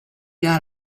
got